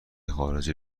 خارجه